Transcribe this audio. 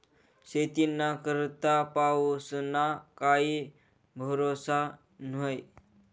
शेतीना करता पाऊसना काई भरोसा न्हई